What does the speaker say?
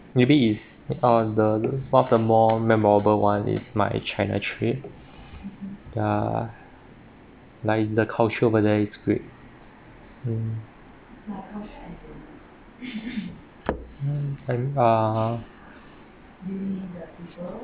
maybe it's uh the one of the more memorable one is my china trip ya like the culture over there is great mm mm I mean uh